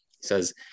says